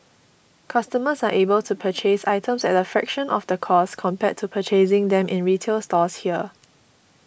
customers are able to purchase items at a fraction of the cost compared to purchasing them in retail stores here